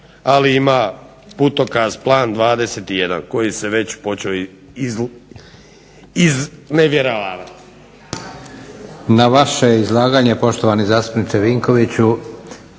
ali ima putokaz Plan 21 koji je već počeo iznevjeravati.